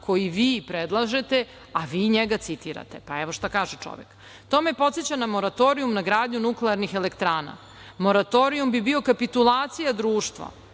koji vi predlažete, a vi njega citirate, pa evo šta kaže čovek: „To me podseća na moratorijum na gradnju nuklearnih elektrana. Moratorijum bi bio kapitulacija društva